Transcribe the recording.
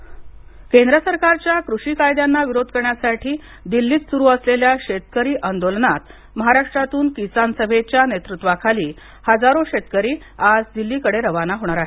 कृषी केंद्र सरकारच्या कृषी कायद्याना विरोध करण्यासाठी दिल्लीत सुरू असलेल्या शेतकरी आंदोलनात महाराष्ट्रातून किसान सभेच्या नेतृत्वाखाली हजारो शेतकरी आज दिल्लीकडे रवाना होणार आहेत